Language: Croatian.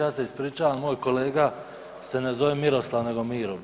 Ja se ispričavam, moj kolega se ne zove Miroslav, nego Miro Bulj.